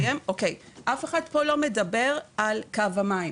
אף אחד פה לא מדבר על קו המים.